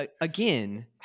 again